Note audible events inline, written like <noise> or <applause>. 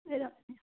<unintelligible>